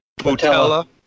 Botella